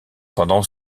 pendant